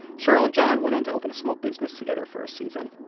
cheryl and john went on to open a small business together for a season,